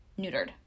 neutered